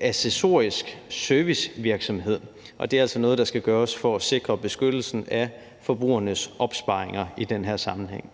accessorisk servicevirksomhed. Og det er altså noget, der skal gøres for at sikre beskyttelsen af forbrugernes opsparinger i den her sammenhæng.